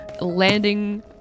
landing